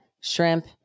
shrimp